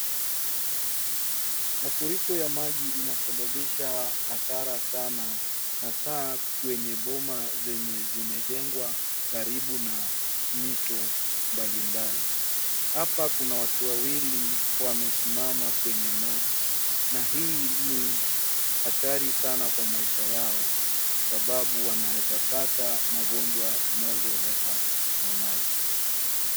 Mafuriko ya maji inasababisha hasara sana hasa kwenye boma zenye zimejengwa karibu na mito mbalimbali, hapa kuna watu wawili wamesimama kwenye maji, na hii ni hatari sana kwa maisha yao sababu wanaeza pata magonjwa zinazoletwa na maji.